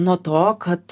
nuo to kad